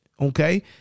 okay